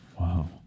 Wow